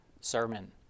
sermon